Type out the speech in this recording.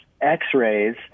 x-rays